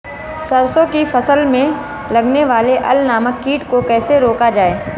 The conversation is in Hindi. सरसों की फसल में लगने वाले अल नामक कीट को कैसे रोका जाए?